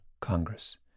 Congress